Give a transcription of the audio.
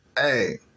hey